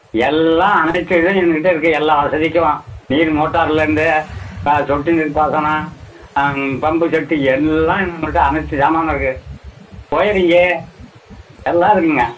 எல்லாம் அனைத்து இதுவும் எங்கேக் கிட்ட இருக்கு எல்லா வசதிக்கும் நீர் மோட்டார்லேந்து சொட்டு நீர் பாசனம் பம்ப்பு செட்டு எல்லாம் நம்மள்கிட்ட அனைத்து சாமானும் இருக்கு ஒயரிங்கு எல்லாம் இருக்குங்க